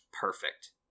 perfect